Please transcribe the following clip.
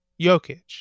Jokic